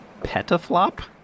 petaflop